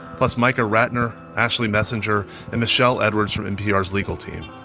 plus micah ratner, ashley messenger and michelle edwards from npr's legal team.